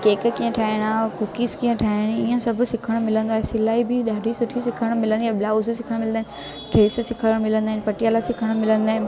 cake कीअं ठाहिणा cookies कीअं ठाहिणी ईअं सभु सिखणु मिलंदो आहे सिलाई बि ॾाढी सुठी सिखणु मिलंदी आहे ब्लाउज़ सिखणु मिलंदा आहिनि ड्रेस सिखणु मिलंदा आहिनि पटियाला सिखणु मिलंदा आहिनि